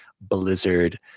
Blizzard